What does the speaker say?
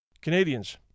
Canadians